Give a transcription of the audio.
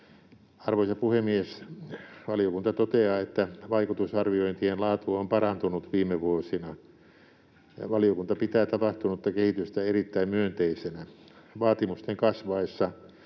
Arvoisa puhemies! Valiokunta toteaa, että vaikutusarviointien laatu on parantunut viime vuosina. Valiokunta pitää tapahtunutta kehitystä erittäin myönteisenä. Vaatimusten kasvaessa